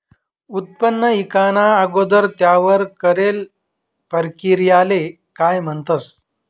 उत्पन्न ईकाना अगोदर त्यावर करेल परकिरयाले काय म्हणतंस?